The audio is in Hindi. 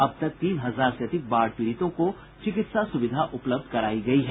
अब तक तीन हजार से अधिक बाढ़ पीड़ितों को चिकित्सा सुविधा उलपब्ध करायी गयी है